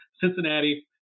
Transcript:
Cincinnati